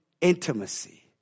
Intimacy